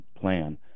plan